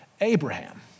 Abraham